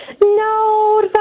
no